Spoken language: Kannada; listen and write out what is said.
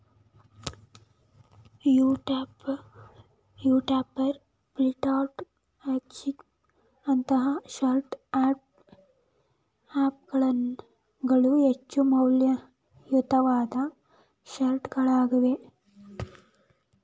ಯೂಬರ್, ಫ್ಲಿಪ್ಕಾರ್ಟ್, ಎಕ್ಸಾಮಿ ನಂತಹ ಸ್ಮಾರ್ಟ್ ಹ್ಯಾಪ್ ಗಳು ಹೆಚ್ಚು ಮೌಲ್ಯಯುತವಾದ ಸ್ಮಾರ್ಟ್ಗಳಾಗಿವೆ